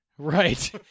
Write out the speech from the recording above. Right